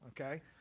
okay